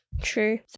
True